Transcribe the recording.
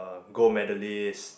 gold medalist